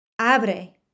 Abre